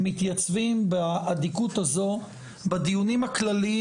מתייצבים באדיקות הזו בדיונים הכלליים